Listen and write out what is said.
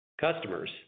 Customers